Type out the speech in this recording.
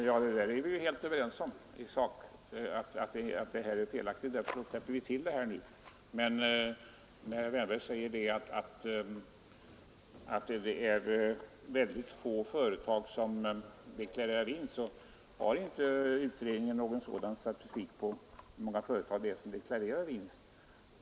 Herr talman! I sak är vi helt överens om att en sådan metod är felaktig, och därför täpper vi till det här nu. Men när herr Wärnberg säger att det är väldigt få företag som deklarerar vinst måste jag invända att utredningen inte har någon statistik på hur många företag som deklarerar vinst.